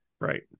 Right